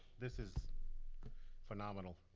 this is phenomenal,